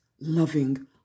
loving